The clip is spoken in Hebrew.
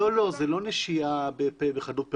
לא, זה לא נשייה וחדלות פירעון,